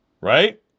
Right